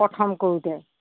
প্ৰথম কৰোঁতে